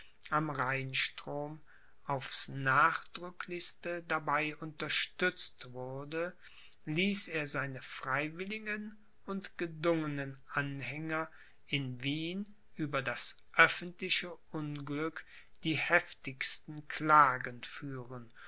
am rheinstrom aufs nachdrücklichste dabei unterstützt wurde ließ er seine freiwilligen und gedungenen anhänger in wien über das öffentliche unglück die heftigsten klagen führen